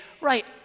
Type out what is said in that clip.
right